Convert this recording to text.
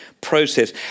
process